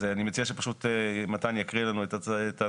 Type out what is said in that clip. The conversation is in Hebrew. אז אני מציע שפשוט מתן יקריא לנו את הנוסח.